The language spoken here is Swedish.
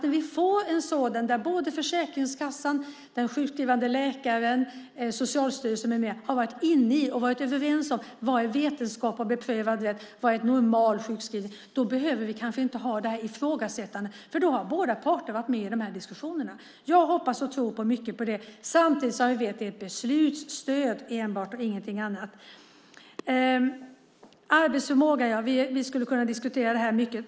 När Försäkringskassan, den sjukskrivande läkaren, Socialstyrelsen med mera har varit överens om vad som är vetenskap och beprövad hjälp, vad som är en normal sjukskrivning, då behöver vi kanske inte ha det här ifrågasättandet, för då har båda parter varit med i diskussionerna. Jag hoppas och tror mycket på det. Men det är enbart ett beslutsstöd, ingenting annat. Vi skulle kunna diskutera arbetsförmågan mycket.